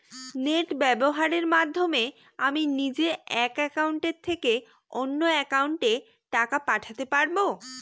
Net ব্যবহারের মাধ্যমে আমি নিজে এক অ্যাকাউন্টের থেকে অন্য অ্যাকাউন্টে টাকা পাঠাতে পারব?